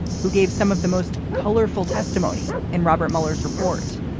who gave some of the most colorful testimony in robert mueller's report.